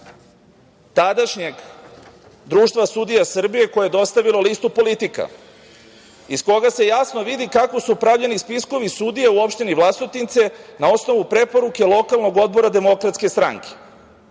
tadašnjeg Društva sudija Srbije koje je dostavilo listu „Politika“ iz koga se jasno vidi kako su pravljeni spiskovi sudija u opštini Vlasotince na osnovu preporuke lokalnog odbora DS. Zatim se iz